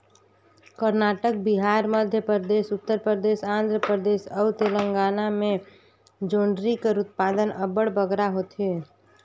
करनाटक, बिहार, मध्यपरदेस, उत्तर परदेस, आंध्र परदेस अउ तेलंगाना में जोंढरी कर उत्पादन अब्बड़ बगरा होथे